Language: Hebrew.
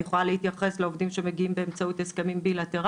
אני יכולה להתייחס לגבי העובדים שמגיעים באמצעות הסכמים בילטראליים,